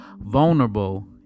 vulnerable